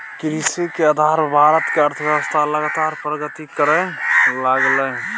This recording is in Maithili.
कृषि के आधार पर भारत के अर्थव्यवस्था लगातार प्रगति करइ लागलइ